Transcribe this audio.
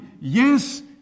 Yes